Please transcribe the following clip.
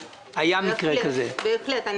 בהחלט.